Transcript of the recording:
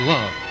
Love